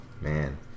Man